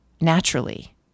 naturally